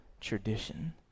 tradition